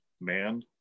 man